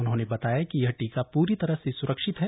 उन्होंने बताया कि यह टीका पूरी तरह से सुरक्षित है